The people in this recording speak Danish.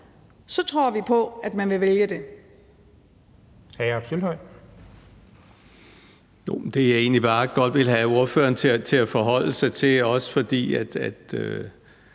Så tror vi på, at man vil vælge det.